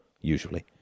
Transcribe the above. usually